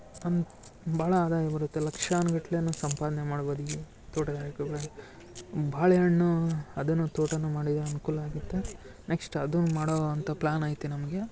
ಅನ್ ಭಾಳ ಆದಾಯ ಬರುತ್ತೆ ಲಕ್ಷಾನ್ಗಟ್ಲೆಯೂ ಸಂಪಾದನೆ ಮಾಡ್ಬೋದು ಈ ತೋಟಗಾರಿಕೆ ಬೆಳೆ ಬಾಳೆಹಣ್ಣು ಅದನ್ನು ತೋಟನೂ ಮಾಡಿದರೆ ಅನುಕೂಲ ಆಗುತ್ತೆ ನೆಕ್ಸ್ಟ್ ಅದು ಮಾಡೋಣ ಅಂತ ಪ್ಲ್ಯಾನ್ ಐತೆ ನಮಗೆ